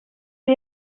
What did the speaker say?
ces